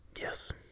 Yes